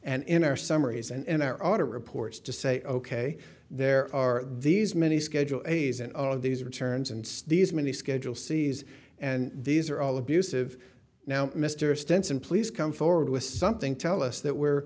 and in our summaries and our audit reports to say ok there are these many schedule a's and all of these returns and these many schedule c's and these are all abusive now mr stenson please come forward with something tell us that where